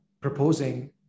proposing